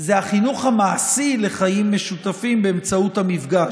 זה החינוך המעשי לחיים משותפים באמצעות המפגש.